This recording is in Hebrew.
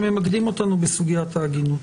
שממקדים אותנו בסוגיית העגינות.